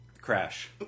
Crash